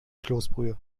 kloßbrühe